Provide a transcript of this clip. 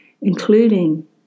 including